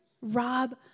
Rob